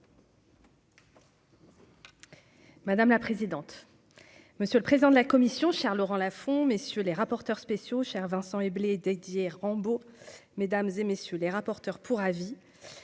Madame la présidente, monsieur le président de la commission, cher Laurent Lafon, messieurs les rapporteurs spéciaux cher Vincent Eblé Didier Rambaud mesdames et messieurs les rapporteurs pour avis,